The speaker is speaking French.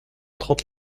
trente